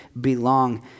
belong